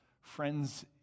friends